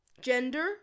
Gender